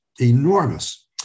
enormous